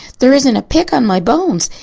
there isn't a pick on my bones.